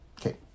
Okay